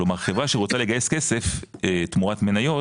כלומר חברה שרוצה לגייס כסף תמורת מניות,